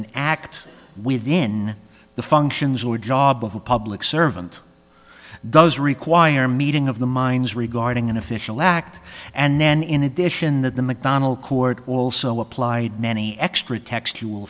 an act within the functions or job of a public servant does require a meeting of the minds regarding an official act and then in addition that the mcdonnell court also applied many extra textual